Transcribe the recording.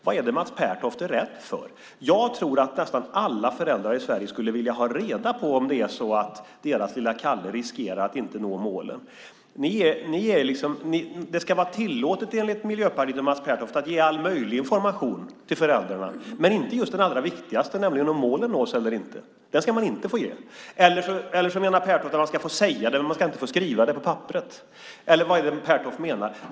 Vad är Mats Pertoft rädd för? Jag tror att nästan alla föräldrar i Sverige skulle vilja ha reda på om deras lille Kalle riskerar att inte nå målen. Det ska vara tillåtet enligt Miljöpartiet och Mats Pertoft att ge all möjlig information till föräldrarna men inte just den allra viktigaste, nämligen om målen nås eller inte. Den informationen ska man inte få ge. Eller så menar Pertoft att man ska få säga det men inte få skriva det på papperet. Eller vad är det Pertoft menar?